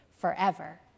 forever